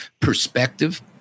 perspective